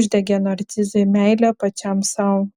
uždegė narcizui meilę pačiam sau